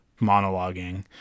monologuing